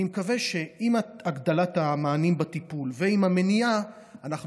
אני מקווה שעם הגדלת המענים בטיפול ועם המניעה אנחנו